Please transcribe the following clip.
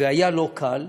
והיה לא קל,